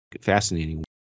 fascinating